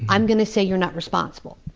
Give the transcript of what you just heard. i'm going to say you're not responsible?